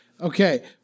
Okay